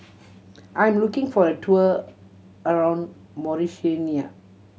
I'm looking for a tour around Mauritania